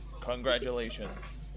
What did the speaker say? congratulations